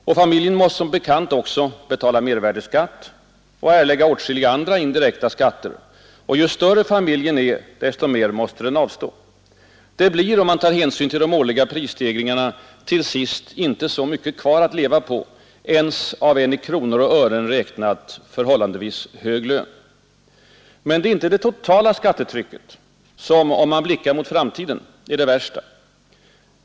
Och familjen måste som bekant också betala mervärdeskatt och erlägga åtskilliga andra indirekta skatter. Ju större familjen är, desto mer måste den avstå. Det blir, om man tar hänsyn till de årliga prisstegringarna, till sist inte så mycket kvar att leva på ens av en i kronor och ören räknat förhållandevis hög lön. Men det är inte det totala skattetrycket som — om man blickar mot framtiden, är det värsta.